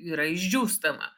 yra išdžiūstama